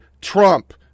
Trump